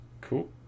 Cool